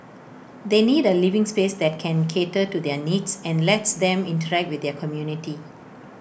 they need A living space that can cater to their needs and lets them interact with their community